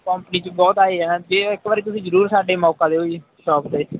company 'ਚ ਬਹੁਤ ਆਏ ਆ ਜੇ ਇੱਕ ਵਾਰੀ ਤੁਸੀਂ ਜ਼ਰੂਰ ਸਾਡੇ ਮੌਕਾ ਦਿਓ ਜੀ ਸ਼ੋਪ 'ਤੇ